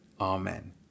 Amen